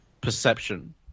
perception